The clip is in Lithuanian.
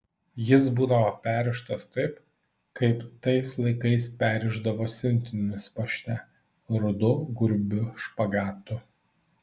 jis būdavo perrištas taip kaip tais laikais perrišdavo siuntinius pašte rudu grubiu špagatu